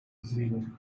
zero